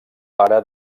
pare